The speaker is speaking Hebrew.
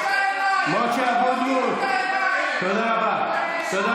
בעד הצעת החוק הצביעו